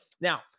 Now